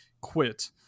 quit